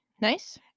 Nice